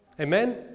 Amen